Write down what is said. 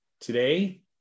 Today